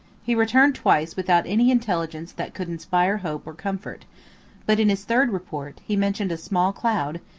he returned twice, without any intelligence that could inspire hope or comfort but, in his third report, he mentioned a small cloud,